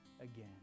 again